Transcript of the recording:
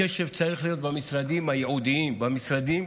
הקשב צריך להיות במשרדים הייעודיים, במשרדים